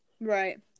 Right